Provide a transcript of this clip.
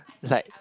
like